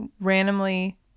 randomly